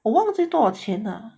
我忘记多少钱 ah